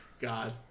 God